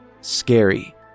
scary